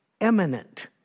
eminent